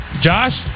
Josh